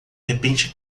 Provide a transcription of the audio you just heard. repente